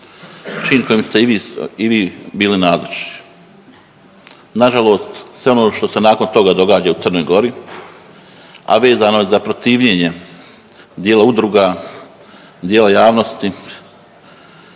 Čin kojem ste i vi bili nazočni. Na žalost sve ono što se nakon toga događa u Crnoj Gori, a vezano je za protivljenje dijela udruga, dijela javnosti